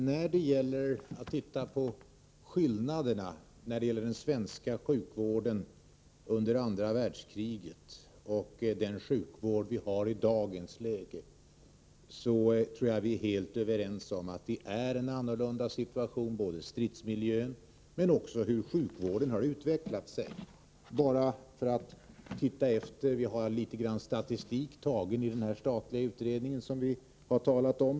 Herr talman! När det gäller skillnaderna mellan den svenska sjukvården under andra världskriget och den sjukvård vi har i dagens läge tror jag att vi är helt överens om att situationen är helt annorlunda i dag beträffande stridsmiljön, men också när det gäller hur sjukvården har utvecklat sig. Det finns en del statistik om detta i den statliga utredning som har talats om.